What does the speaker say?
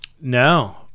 No